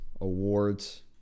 awards